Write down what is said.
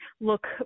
look